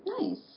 Nice